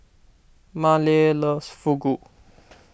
Maleah loves Fugu